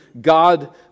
God